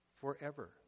forever